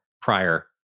prior